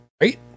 right